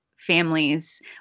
families